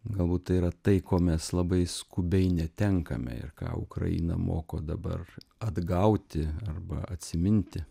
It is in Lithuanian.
galbūt tai yra tai ko mes labai skubiai netenkame ir ką ukraina moko dabar atgauti arba atsiminti